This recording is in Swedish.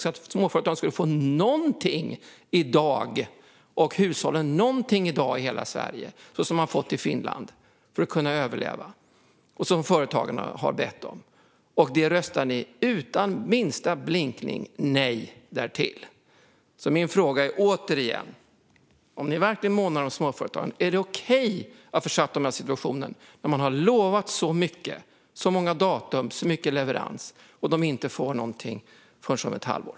Då skulle småföretagen och hushållen i hela Sverige få någonting i dag, precis som de har fått i Finland, för att överleva. Detta röstar ni utan minsta blinkning nej till. Min fråga är återigen: Om ni verkligen månar om småföretagen, är det okej att försätta dem i den situationen när man har lovat så mycket, så många datum, så mycket leverans, men de får inte någonting förrän om ett halvår?